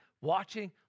watching